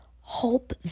Hope